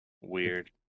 Weird